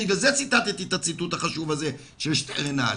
ובגלל זה ציטטתי את הציטוט החשוב הזה של שטרנהל,